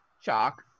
Shock